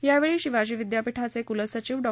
यावेळी शिवाजी विद्यापीठाचे कुलसचिव डॉ